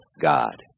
God